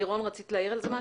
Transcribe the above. לירון, בבקשה.